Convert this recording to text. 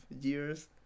years